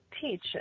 teach